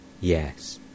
yes